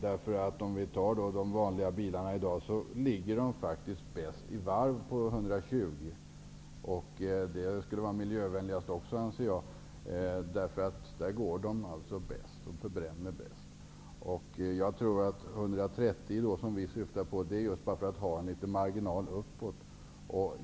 De vanliga bilarna går i dag faktiskt varvtalsmässigt bäst vid 120 kilometers hastighet. Jag anser också att en sådan gräns skulle vara miljövänligare. Vid den hastigheten går bilarna bäst och har den bästa förbränningen. Vi vill ha en hastighetsgräns vid 130 km för att ha en marginal uppåt.